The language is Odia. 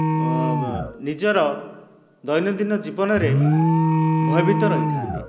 ନିଜର ଦୈନନ୍ଦିନ ଜୀବନରେ ଭୟଭୀତ ରହିଥାନ୍ତି